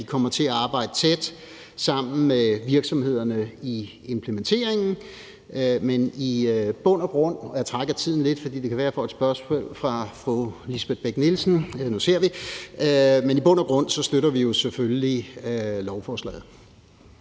at de kommer til at arbejde tæt sammen med virksomhederne i implementeringen. Men i bund og grund – jeg trækker tiden lidt, for det kan være, at jeg får et spørgsmål fra fru Lisbeth Bech-Nielsen – støtter vi jo selvfølgelig lovforslaget.